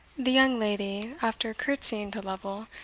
the young lady, after courtesying to lovel,